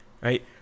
Right